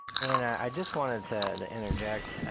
and i just wanted to interject,